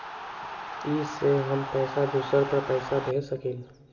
इ सेऐ हम दुसर पर पैसा भेज सकील?